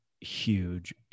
huge